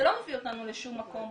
זה לא מביא אותנו לשום מקום.